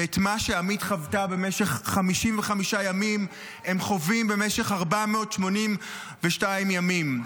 ואת מה שעמית חוותה במשך 55 ימים הם חווים במשך 482 ימים,